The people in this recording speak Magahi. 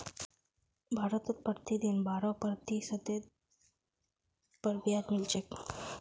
भारतत प्रतिदिन बारह प्रतिशतेर पर ब्याज मिल छेक